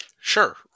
Sure